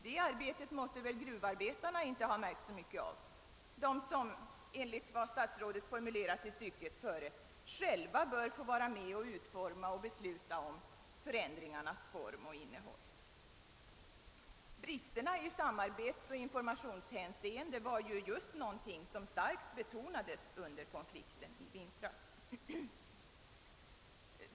Det arbetet måtte inte gruvarbetarna ha märkt så mycket av, de som — enligt statsrådets formulering i stycket före — »själva får vara med och utforma och besluta om dessas« — d.v.s. förändringarnas — >»form och innehåll». Bristerna i samarbetsoch informationshänseende var ju just någonting som starkt betonades under konflikten i vintras.